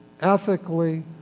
ethically